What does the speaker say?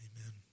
Amen